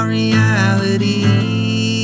reality